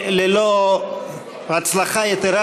ללא הצלחה יתרה,